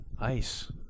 ice